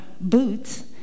boots